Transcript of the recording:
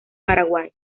paraguay